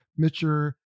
mitcher